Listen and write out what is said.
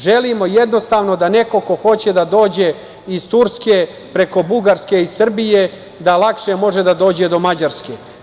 Želimo jednostavno da neko ko hoće da dođe iz Turske preko Bugarske i Srbije, da lakše može da dođe do Mađarske.